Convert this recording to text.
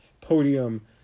podium